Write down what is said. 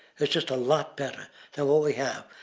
it's just a lot better than what we have.